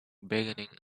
beginning